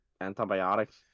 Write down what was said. antibiotics